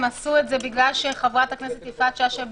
הם עשו את זה בגלל שחברת הכנסת יפעת שאשא-ביטון